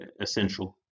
essential